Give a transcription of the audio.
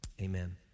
Amen